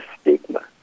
stigma